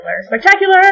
spectacular